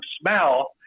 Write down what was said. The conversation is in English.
smell